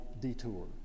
detour